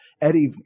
Eddie